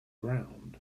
ground